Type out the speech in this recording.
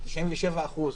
97%,